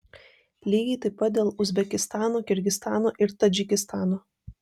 lygiai taip pat dėl uzbekistano kirgizstano ir tadžikistano